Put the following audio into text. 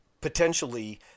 potentially